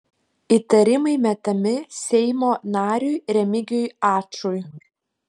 įtarimai metami seimo nariui remigijui ačui